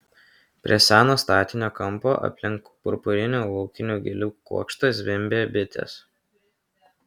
prie seno statinio kampo aplink purpurinių laukinių gėlių kuokštą zvimbė bitės